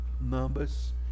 numbers